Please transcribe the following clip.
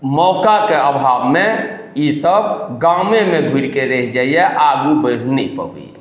मौकाके अभावमे ई सब गामे घुरिके रहि जाइये आगू बढ़ि नहि पबइए